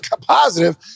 positive